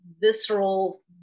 visceral